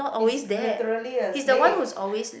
he's literally a slave